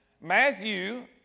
Matthew